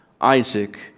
Isaac